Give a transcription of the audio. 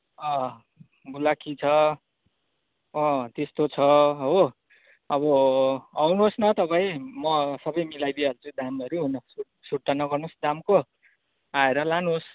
अँ बुलाकी छ अँ त्यस्तो छ हो अब आउनुहोस् न तपाईँ म सबै मिलाइ दिइहाल्छु दामहरू सुर्ता नगर्नुहोस् दामको आएर लानुहोस्